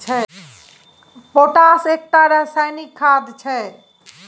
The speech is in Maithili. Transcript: पोटाश एकटा रासायनिक खाद छै